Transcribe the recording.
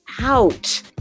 out